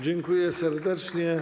Dziękuję serdecznie.